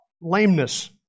Lameness